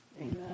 Amen